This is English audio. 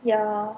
ya